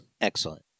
Excellent